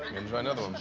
enjoy another